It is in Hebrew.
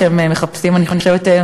אני חושבת,